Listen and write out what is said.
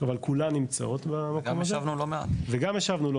אבל כולן נמצאות במקום הזה וגם ישבנו,